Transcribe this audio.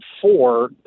four